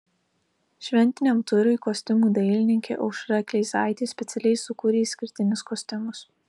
šventiniam turui kostiumų dailininkė aušra kleizaitė specialiai sukūrė išskirtinius kostiumus